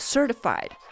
Certified